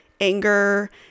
anger